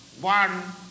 one